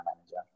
manager